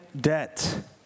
debt